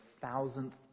thousandth